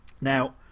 now